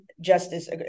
justice